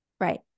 right